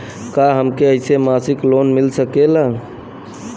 का हमके ऐसे मासिक लोन मिल सकेला?